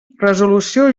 resolució